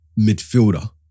midfielder